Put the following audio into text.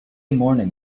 morning